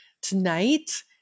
Tonight